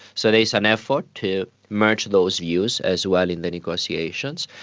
so there's an effort to merge those views as well in the negotiations.